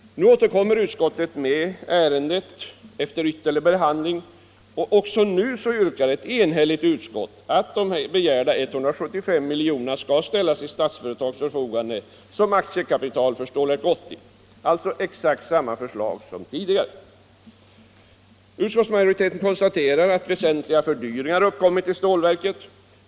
Nu återkommer utskottet med ärendet efter ytterligare behandling. Också nu yrkar ett enhälligt utskott att begärda 175 milj.kr. skall ställas till Statsföretags förfogande som aktiekapital för Stålverk 80. Det är alltså exakt samma förslag som tidigare. Utskottsmajoriteten konstaterar att väsentliga fördyringar av Stålverk 80 uppkommit.